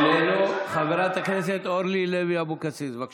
חברת הכנסת אורלי לוי אבוקסיס, בבקשה.